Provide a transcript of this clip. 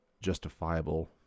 justifiable